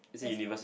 as long